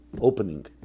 opening